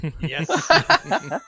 Yes